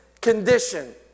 condition